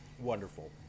wonderful